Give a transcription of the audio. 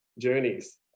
journeys